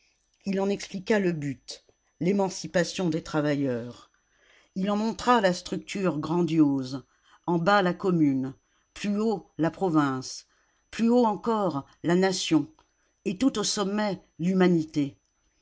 il en expliqua le but l'émancipation des travailleurs il en montra la structure grandiose en bas la commune plus haut la province plus haut encore la nation et tout au sommet l'humanité